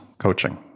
coaching